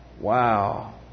wow